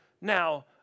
Now